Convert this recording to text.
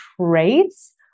traits